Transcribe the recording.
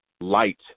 light